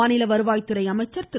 மாநில வருவாய்த்துறை அமைச்சர் திரு